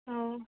ହଉ